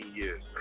years